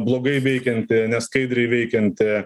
blogai veikianti neskaidriai veikianti